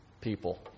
people